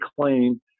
claim